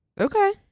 Okay